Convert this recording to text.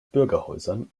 bürgerhäusern